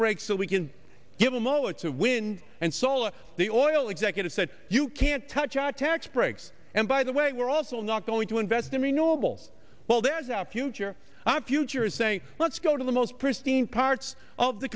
breaks so we can give them oh it's of wind and solar the oil executive said you can't touch our tax breaks and by the way we're also not going to invest in renewable well there is a future i future is saying let's go to the most pristine parts of the